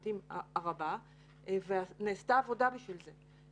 לשמחתי הרבה ונעשתה עבודה בשביל זה.